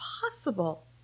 possible